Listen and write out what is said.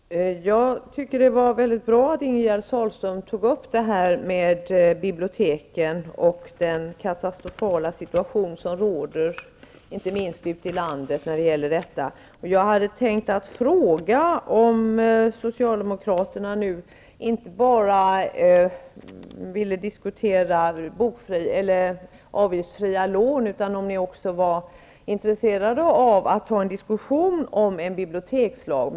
Herr talman! Jag tycker att det var mycket bra att Ingegerd Sahlström tog upp frågan om biblioteken och den katastrofala situation som råder på detta område, inte minst ute i landet. Jag hade tänkt fråga om Socialdemokraterna nu inte bara ville diskutera avgiftsfria boklån, utan om ni också var intresserade av att ha en diskussion om en bibliotekslag.